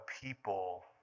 people